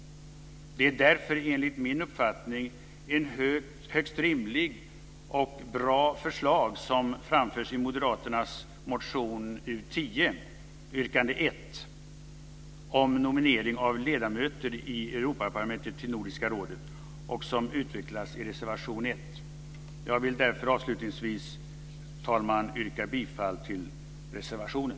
Det är därför enligt min uppfattning ett högst rimligt och bra förslag som framförs i moderaternas motion U10 yrkande 1 om nominering av ledamöter i Europaparlamentet till Nordiska rådet och som utvecklas i reservation 1. Jag vill därför avslutningsvis, herr talman, yrka bifall till reservationen.